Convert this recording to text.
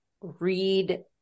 read